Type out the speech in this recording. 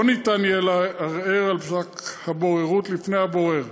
לא ניתן יהיה לערער על פסק הבוררות לפני הבורר,